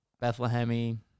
bethlehem